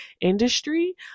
industry